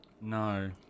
no